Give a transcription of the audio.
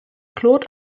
claude